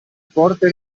forte